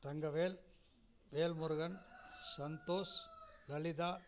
Thangavel Velmurugan Santhosh Lalitha